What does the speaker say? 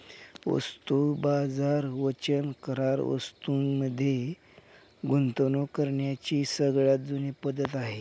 वस्तू बाजार वचन करार वस्तूं मध्ये गुंतवणूक करण्याची सगळ्यात जुनी पद्धत आहे